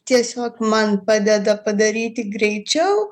tiesiog man padeda padaryti greičiau